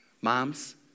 Moms